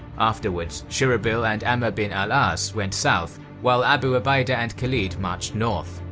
afterwards shurahbil and amr bin al aas went south, while abu ubaidah and khalid marched north.